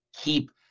keep